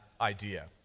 idea